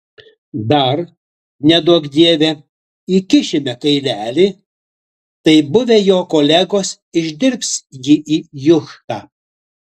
dar neduok dieve įkišime kailelį tai buvę jo kolegos išdirbs jį į juchtą